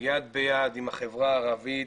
יד ביד עם החברה הערבית